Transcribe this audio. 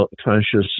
conscious